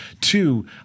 two